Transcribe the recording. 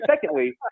secondly